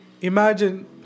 imagine